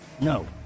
No